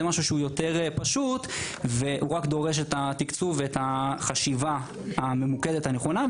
שזה דבר יותר פשוט ורק דורש את התקצוב והחשיבה הממוקדת הנכונה.